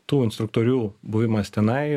tų instruktorių buvimas tenai